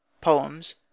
Poems